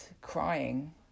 crying